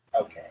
Okay